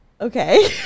Okay